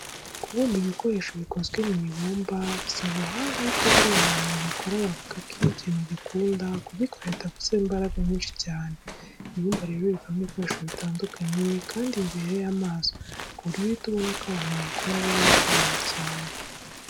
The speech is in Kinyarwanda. Kubumba ibikoresho bikozwe mu ibumba bisaba ubuhanga ariko buriya abantu babikora bavuga ko iyo ikintu ugikunda, kugikora bitagusaba imbaraga nyinshi cyane. Ibumba rero rivamo ibikoresho bitandukanye kandi bibereye amaso ku buryo uhita ubona ko abantu babikora ari abo kubahwa cyane.